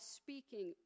speaking